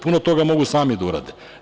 Puno toga mogu sami da urade.